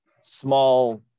small